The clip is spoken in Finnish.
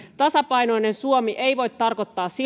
tasapainoinen suomi ei voi tarkoittaa